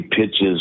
pitches